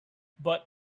but